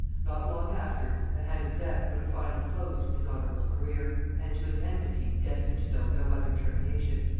not long after, the hand of death put a final close to his honorable career, and to an enmity destined to know no other termination.